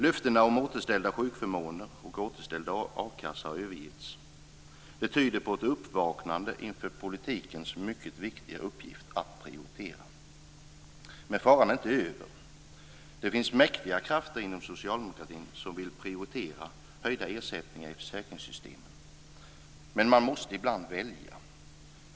Löftena om återställda sjukförmåner och återställd a-kassa har övergetts. Det tyder på ett uppvaknande inför politikens mycket viktiga uppgift att prioritera. Men faran är inte över. Det finns mäktiga krafter inom socialdemokratin som vill prioritera höjda ersättningar i försäkringssystemen. Men man måste ibland välja.